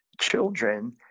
children